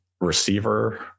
receiver